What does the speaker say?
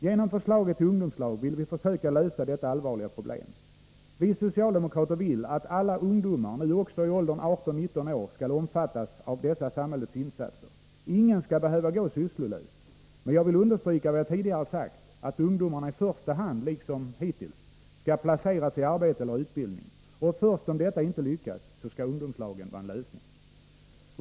Genom förslaget till ungdomslag vill vi försöka lösa detta allvarliga problem. Vi socialdemokrater vill att alla ungdomar, nu också de i åldern 18-19 år, skall omfattas av dessa samhällets insatser. Ingen skall behöva gå sysslolös. Men jag vill understryka vad jag tidigare sagt, nämligen att ungdomarna i första hand, liksom hittills, skall placeras i arbete eller utbildning. Först om detta inte lyckas skall ungdomslagen vara en lösning.